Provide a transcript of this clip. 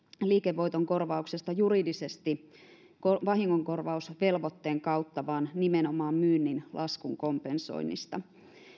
liikevoiton korvauksesta juridisesti vahingonkorvausvelvoitteen kautta vaan nimenomaan myynnin laskun kompensoinnista